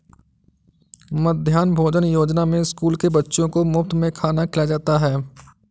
मध्याह्न भोजन योजना में स्कूल के बच्चों को मुफत में खाना खिलाया जाता है